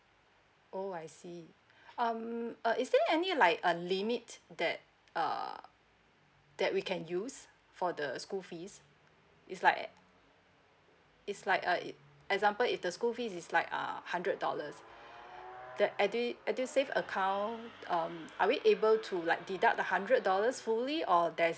oh I see um uh is there any like a limit that uh that we can use for the school fees it's like it's like it uh for example if the school fees is like uh hundred dollars that edu~ edusave account um are we able to like deduct the hundred dollars fully or there's